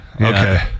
Okay